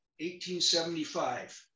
1875